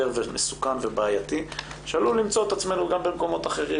ומסוכן ובעייתי שעלול למצוא את עצמנו גם במקומות אחרים.